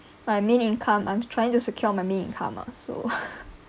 my main income I'm trying to secure my main income lah so